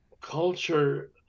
culture